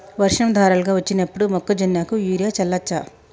వర్షం ధారలుగా వచ్చినప్పుడు మొక్కజొన్న కు యూరియా చల్లచ్చా?